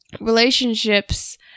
relationships